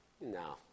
No